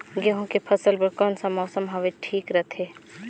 गहूं के फसल बर कौन सा मौसम हवे ठीक रथे?